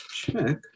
check